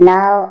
Now